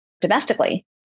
domestically